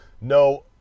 no